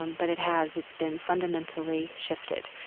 um but it has. it's been fundamentally shifted.